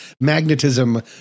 magnetism